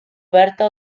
oberta